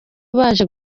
baje